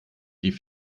die